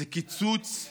זה קיצוץ אדיר,